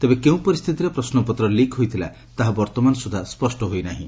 ତେବେ କେଉଁ ପରିସ୍ଥିତିରେ ପ୍ରଶ୍ୱପତ୍ର ଲିକ୍ ହୋଇଥିଲା ତାହା ବର୍ଉମାନ ସୁଦ୍ଧା ସ୍ୱଷ୍ଟ ହୋଇନାହିଁ